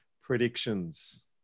predictions